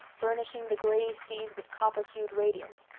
burnishing the gray seas with copper-hued radiance,